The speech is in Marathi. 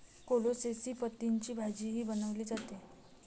कोलोसेसी पतींची भाजीही बनवली जाते